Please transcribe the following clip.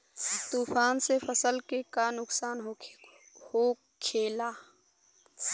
तूफान से फसल के का नुकसान हो खेला?